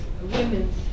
women's